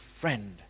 friend